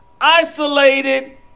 isolated